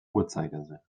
uhrzeigersinn